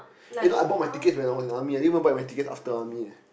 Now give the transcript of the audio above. eh you know I bought my tickets when I was in army leh I didn't even buy my tickets after army eh